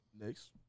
Next